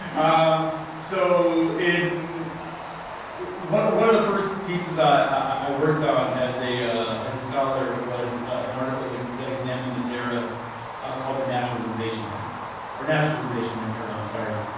um so in one one of the first pieces i i worked on as a ah as a scholar was an article that examined this era ah called the naturalization act or naturalization era. i'm sorry.